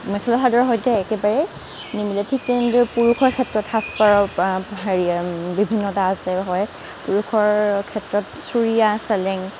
মেখেলা চাদৰৰ সৈতে একেবাৰে নিমিলে ঠিক তেনেদৰে পুৰুষৰ ক্ষেত্ৰত সাজ পাৰৰ হেৰি বিভিন্নতা আছে হয় পুৰুষৰ ক্ষেত্ৰত চুৰীয়া চেলেং